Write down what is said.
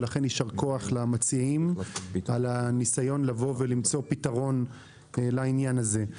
ולכן יישר כוח למציעים על הניסיון לבוא ולמצוא פתרון לעניין הזה.